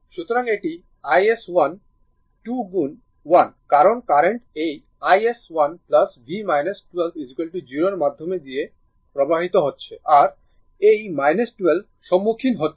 সুতরাং এটি iS12 গুণ 1 কারণ কারেন্ট এই iS1 v 12 0 এর মধ্য দিয়ে প্রবাহিত হচ্ছে আর এই 12 সম্মুখীন হচ্ছে